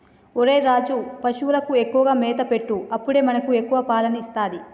ఒరేయ్ రాజు, పశువులకు ఎక్కువగా మేత పెట్టు అప్పుడే మనకి ఎక్కువ పాలని ఇస్తది